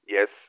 Yes